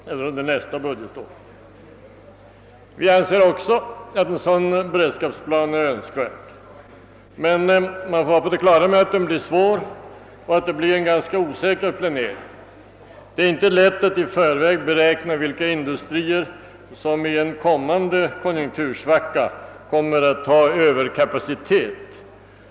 Även vi anser att en sådan beredskapsplan är önskvärd, men alla måste vara på det klara med att planeringen blir svår och ganska osäker. Det är inte lätt att beräkna inom vilka industrier det i en konjunktursvacka kommer att uppstå överkapacitet.